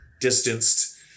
distanced